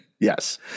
Yes